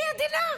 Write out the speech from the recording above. היא עדינה,